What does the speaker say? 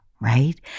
right